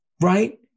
right